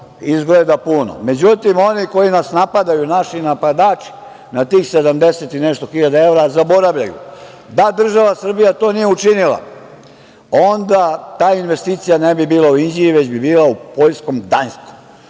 izgleda puno, međutim oni koji nas napadaju, naši napadači, na tih 70 i nešto hiljada evra zaboravljaju da država Srbija to nije učinila, onda ta investicija ne bi bila u Inđiji, već bi bila u poljskom Gdanjsku.